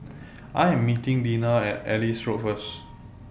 I Am meeting Dinah At Ellis Road First